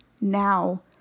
now